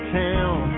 town